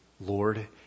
Lord